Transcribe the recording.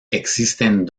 existen